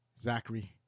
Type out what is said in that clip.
Zachary